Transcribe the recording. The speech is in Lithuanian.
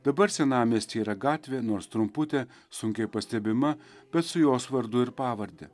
dabar senamiestyje yra gatvė nors trumputė sunkiai pastebima bet su jos vardu ir pavarde